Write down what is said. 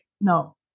No